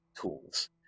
tools